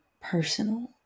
personal